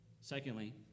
Secondly